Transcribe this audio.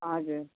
हजुर